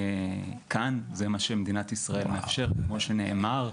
כאן זה מה שמדינת ישראל מאפשרת כמו שנאמר.